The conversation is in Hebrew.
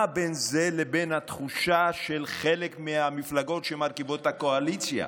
מה בין זה לבין התחושה של חלק מהמפלגות שמרכיבות את הקואליציה,